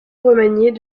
remaniés